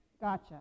Gotcha